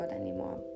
anymore